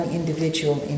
individual